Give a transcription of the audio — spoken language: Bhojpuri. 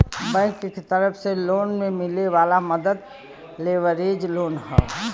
बैंक के तरफ से लोन में मिले वाला मदद लेवरेज लोन हौ